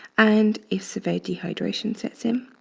and if severe hydration sets in,